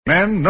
Men